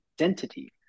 identity